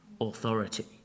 authority